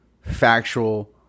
factual